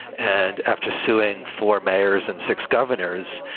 and after suing for mayors and six governors,